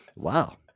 Wow